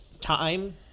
Time